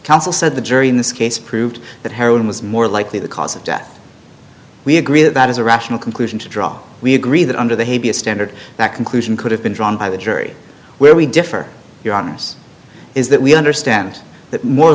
counsel said the jury in this case proved that heroin was more likely the cause of death we agree that that is a rational conclusion to draw we agree that under the hay be a standard that conclusion could have been drawn by the jury where we differ your honour's is that we understand that more